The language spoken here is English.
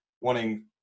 wanting